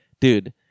dude